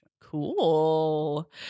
Cool